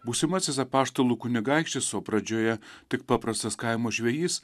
būsimasis apaštalų kunigaikštis o pradžioje tik paprastas kaimo žvejys